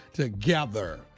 Together